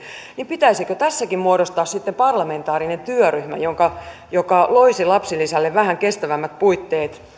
niin pitäisikö tässäkin muodostaa sitten parlamentaarinen työryhmä joka joka loisi lapsilisälle vähän kestävämmät puitteet